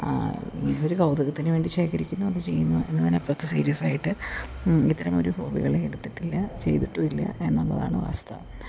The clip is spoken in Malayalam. ആ ഒരു കൗതുകത്തിന് വേണ്ടി ശേഖരിക്കുന്നു അത് ചെയ്യുന്നു എന്നതിനപ്പുറത്ത് സീരിയസ്സായിട്ട് ഇത്തരം ഒരു ഹോബികളെ എടുത്തിട്ടില്ല ചെയ്തിട്ടും ഇല്ല എന്നുളളതാണ് വാസ്തവം